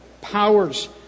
powers